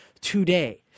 today